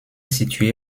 située